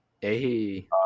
Hey